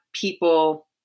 people